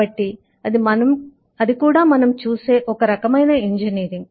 కాబట్టి అది కూడా మనం చూసే ఒక రకమైన ఇంజనీరింగ్